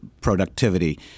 productivity